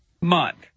month